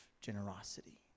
generosity